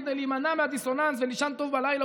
כדי להימנע מהדיסוננס ולישון טוב בלילה,